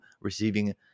receiving